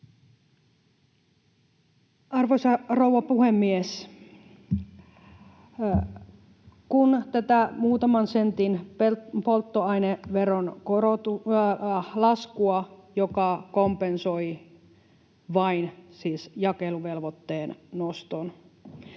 Arvoisa rouva puhemies! Kun tätä muutaman sentin polttoaineveron laskua, joka siis kompensoi vain jakeluvelvoitteen noston,